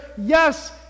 yes